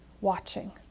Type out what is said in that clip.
watching